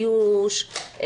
איוש,